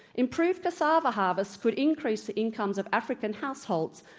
improved cassava harvests could increase the incomes of african households,